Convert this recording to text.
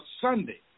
Sunday